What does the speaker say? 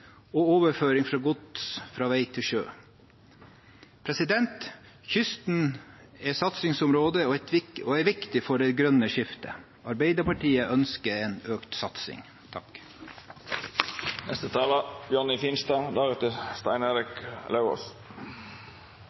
og overføring av gods fra vei til sjø. Kysten er et satsingsområde og er viktig for det grønne skiftet. Arbeiderpartiet ønsker en økt satsing.